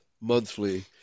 monthly